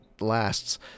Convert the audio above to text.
lasts